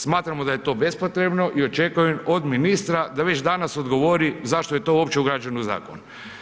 Smatramo da je to bespotrebno i očekujem od ministra da već danas odgovori zašto je to uopće ugrađeno u zakon.